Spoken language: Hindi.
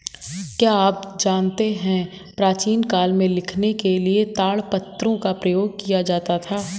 क्या आप जानते है प्राचीन काल में लिखने के लिए ताड़पत्रों का प्रयोग किया जाता था?